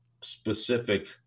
specific